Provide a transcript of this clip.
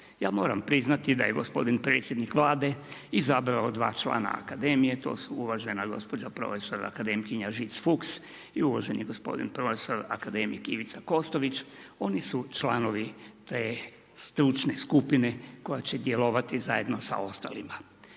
Ja moram priznati, da je gospodin predsjednik Vlade, izabrao 2 člana Akademije, to su uvažena gospođa profesor akademkinja Žic Fuchs i uvaženi gospodin profesor akademik Ivica Kostović, oni su članovi te stručne skupine koja će djelovati zajedno sa ostalima.